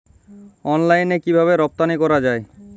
অনলাইনে কিভাবে রপ্তানি করা যায়?